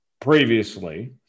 previously